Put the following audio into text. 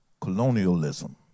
colonialism